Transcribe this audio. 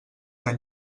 tan